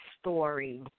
story